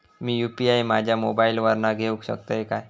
मी UPI माझ्या मोबाईलावर घेवक शकतय काय?